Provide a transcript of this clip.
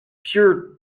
pure